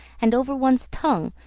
and over one's tongue,